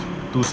to